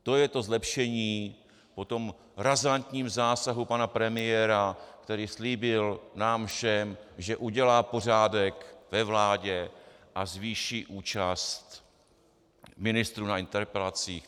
To je to zlepšení po tom razantním zásahu pana premiéra, který slíbil nám všem, že udělá pořádek ve vládě a zvýší účast ministrů na interpelacích.